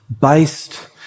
based